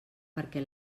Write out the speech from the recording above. perquè